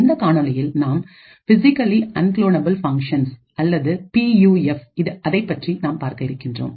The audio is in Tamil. இந்த காணொளியில் நாம் பிசிக்கலி அன்குலோனபுல் ஃபங்ஷன்ஸ் அல்லது பியுஎஃப் அதைப்பற்றி நாம் பார்க்க இருக்கின்றோம்